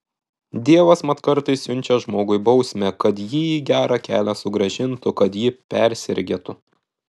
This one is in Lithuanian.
dievas mat kartais siunčia žmogui bausmę kad jį į gerą kelią sugrąžintų kad jį persergėtų